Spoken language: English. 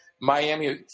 Miami